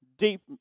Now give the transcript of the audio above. deep